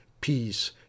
peace